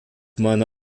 meine